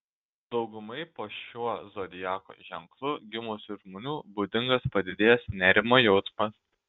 daugumai po šiuo zodiako ženklu gimusių žmonių būdingas padidėjęs nerimo jausmas